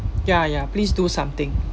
ya ya please do something